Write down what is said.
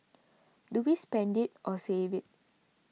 do we spend it or save it